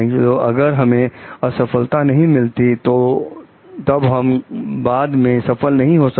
तो अगर हमें असफलता नहीं मिलती है तब हम बाद में सफल नहीं हो सकते